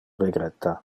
regretta